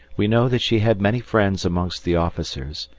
we know that she had many friends amongst the officers,